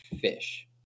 fish